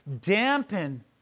dampen